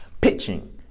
pitching